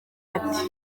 ati